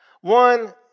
One